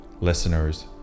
listeners